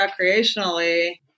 recreationally